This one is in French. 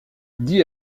dis